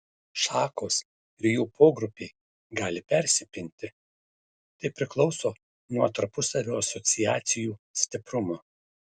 šakos ar jų pogrupiai gali persipinti tai priklauso nuo tarpusavio asociacijų stiprumo